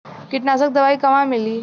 कीटनाशक दवाई कहवा मिली?